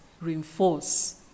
reinforce